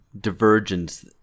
divergence